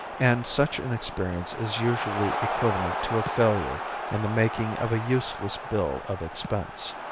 and such an experience is usually equivalent to a failure and the making of a useless bill of expense.